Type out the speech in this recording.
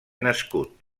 nascut